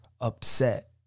upset